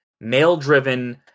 male-driven